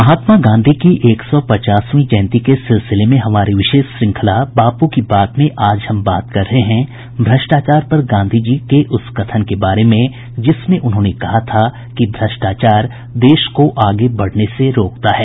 महात्मा गांधी की एक सौ पचासवीं जयंती के सिलसिले में हमारी विशेष श्रृंखला बापू की बात में आज हम बात कर रहे हैं भ्रष्टाचार पर गांधीजी के उस कथन के बारे में जिसमें उन्होंने कहा था कि भ्रष्टाचार देश को आगे बढने से रोकता है